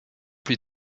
plus